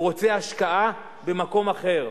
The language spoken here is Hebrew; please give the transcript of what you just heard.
הוא רוצה השקעה במקום אחר.